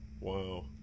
Wow